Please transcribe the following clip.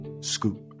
Scoop